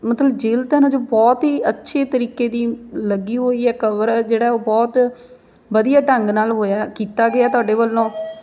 ਮਤਲਬ ਜਿਲਦ ਆ ਨਾ ਜੋ ਬਹੁਤ ਹੀ ਅੱਛੇ ਤਰੀਕੇ ਦੀ ਲੱਗੀ ਹੋਈ ਹੈ ਕਵਰ ਜਿਹੜਾ ਉਹ ਬਹੁਤ ਵਧੀਆ ਢੰਗ ਨਾਲ ਹੋਇਆ ਕੀਤਾ ਗਿਆ ਤੁਹਾਡੇ ਵੱਲੋਂ